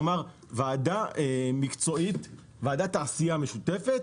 כלומר ועדת תעשייה משותפת,